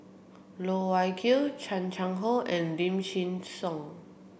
Loh Wai Kiew Chan Chang How and Lim Chin Siong